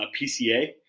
PCA